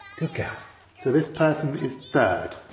good girl so this person is third.